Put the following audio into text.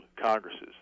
Congresses